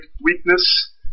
weakness